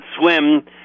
swim